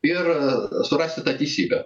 ir surasti tą teisybę